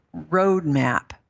roadmap